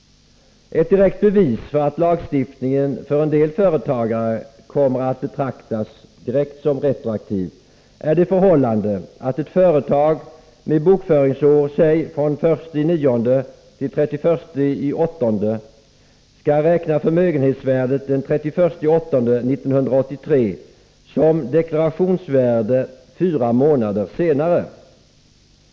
Ett direkt bevis för att lagstiftningen för en del företagare kommer att betraktas som direkt retroaktiv är det förhållandet att ett företag med bokföringsår låt mig säga från den 1 september till den 31 augusti skall räkna förmögenhetsvärdet den 31 augusti 1983 som deklarationsvärde fyra månader senare.